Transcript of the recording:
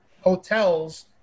hotels